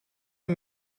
amb